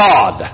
God